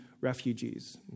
refugees